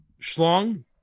schlong